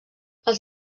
els